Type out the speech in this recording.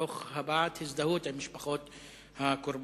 תוך הבעת הזדהות עם משפחות הקורבנות.